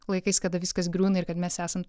laikais kada viskas griūna ir kad mes esam